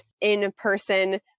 in-person